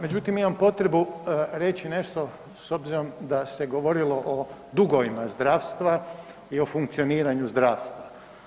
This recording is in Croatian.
Međutim, imam potrebu reći nešto s obzirom da se govorilo o dugovima zdravstva i o funkcioniranju zdravstva.